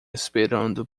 esperando